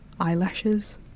eyelashes